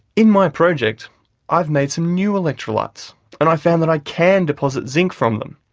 in my project i've made some new electrolytes and i found that i can deposit zinc from them.